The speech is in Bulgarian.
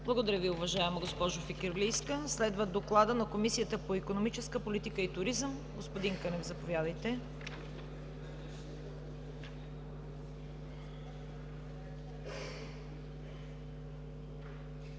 Благодаря Ви, уважаема госпожо Фикирлийска. Следва докладът на Комисията по икономическа политика и туризъм. Господин Кънев, заповядайте.